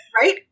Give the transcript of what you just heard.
right